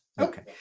Okay